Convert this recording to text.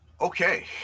Okay